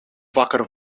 wakker